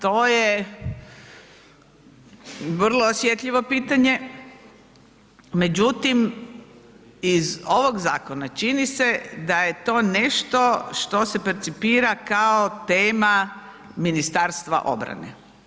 To je vrlo osjetljivo pitanje, međutim iz ovog zakona, čini se da je to nešto što se percipira kao tema Ministarstva obrane.